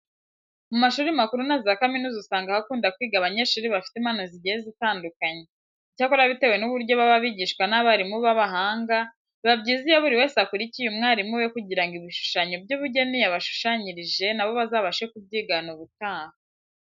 Mu mashuri makuru na za kaminuza usanga hakunda kwiga abanyeshuri bafite impano zigiye zitandukanye. Icyakora bitewe n'uburyo baba bigishwa n'abarimu b'abahanga, biba byiza iyo buri wese akurikiye umwarimu we kugira ngo ibishushanyo by'ubugeni yabashushanyirije na bo bazabashe kubyigana ubutaha.